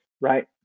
right